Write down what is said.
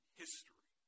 history